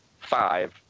five